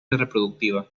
reproductiva